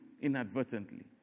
inadvertently